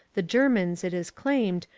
the germans, it is claimed,